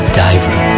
diver